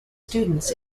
students